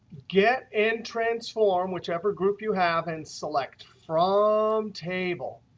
get and transform whichever group you have and select from um table.